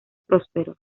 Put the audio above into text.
próspero